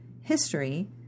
history